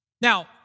Now